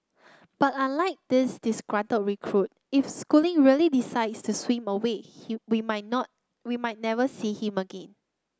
but unlike this disgruntled recruit if schooling really decides to swim away he we might not we might never see him again